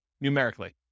numerically